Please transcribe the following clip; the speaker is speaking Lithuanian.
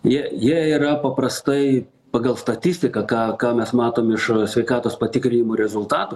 jie jie yra paprastai pagal statistiką ką ką mes matom iš sveikatos patikrinimų rezultatų